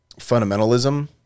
fundamentalism